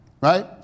right